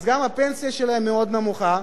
אז גם הפנסיה שלהם מאוד נמוכה,